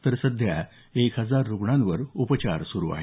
तर सध्या एक हजार रुग्णांवर उपचार सुरू आहेत